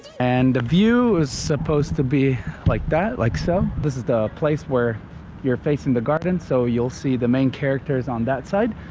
and the view is supposed to be like that, like so. this is the place where you're facing the garden so you'll see the main characters on that side